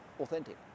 authentic